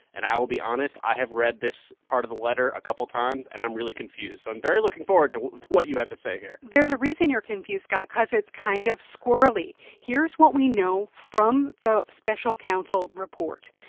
and i will be honest i have read this part of the letter a couple times, and i'm really confused. so i'm very looking forward to what you have to say here there's a reason you're confused, scott, cause it's kind of squirrelly. here's what we know from the special counsel report.